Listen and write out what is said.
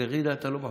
לג'ידא אתה לא מפריע.